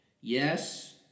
yes